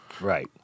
right